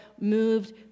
moved